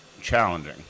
challenging